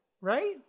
right